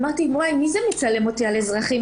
אמרתי: מי זה מצלם אותי כשהוא על אזרחי?